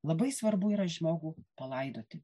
labai svarbu yra žmogų palaidoti